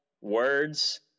words